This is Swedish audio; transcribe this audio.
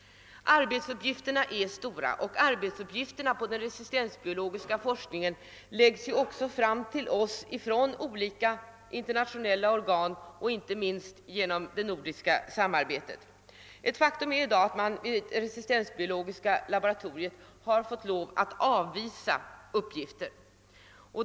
Arbetsuppgifterna inom den resistensbiologiska forskningens område är stora och åläggs oss också av olika internationella organ, även inom det nordiska samarbetet. I dag är det ett faktum att man vid resistensbiologiska laboratoriet har måst avvisa arbetsuppgifter.